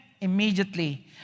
immediately